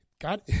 God